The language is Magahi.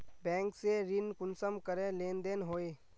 बैंक से ऋण कुंसम करे लेन देन होए?